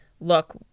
look